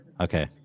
Okay